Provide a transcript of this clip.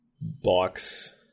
box